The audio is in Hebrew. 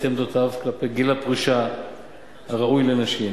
עמדותיו בנושא גיל הפרישה הראוי לנשים,